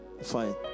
fine